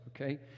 Okay